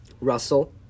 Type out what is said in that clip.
Russell